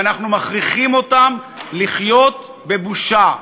ואנחנו מכריחים אותם לחיות בבושה,